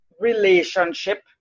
relationship